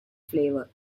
flavour